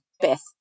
Beth